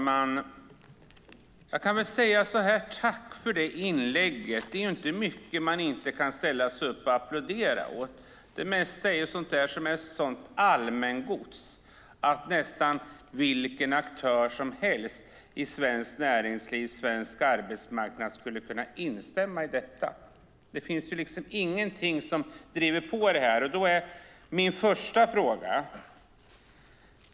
Herr talman! Tack för det inlägget! Det är inte mycket man inte kan ställa sig upp och applådera åt. Det mesta är allmängods, och nästan vilken aktör som helst i svenskt näringsliv och på svensk arbetsmarknad skulle kunna instämma i detta. Det finns ingenting som driver på.